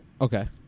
Okay